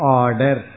order